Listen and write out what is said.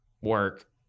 work